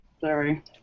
Sorry